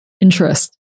interest